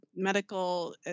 Medical